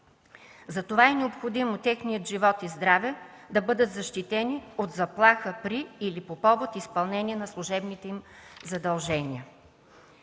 затова е необходимо техният живот и здраве да бъдат защитени от заплаха при или по повод изпълнение на служебните им задължения.